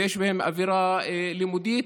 ויש בהם אווירה לימודית,